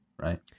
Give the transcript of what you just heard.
Right